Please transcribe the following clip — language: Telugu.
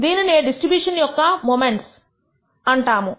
దీనినే డిస్ట్రిబ్యూషన్ యొక్క మొమెంట్స్ అంటాము